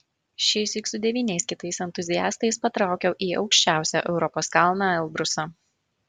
šįsyk su devyniais kitais entuziastais patraukiau į aukščiausią europos kalną elbrusą